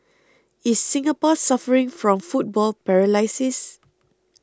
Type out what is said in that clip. is Singapore suffering from football paralysis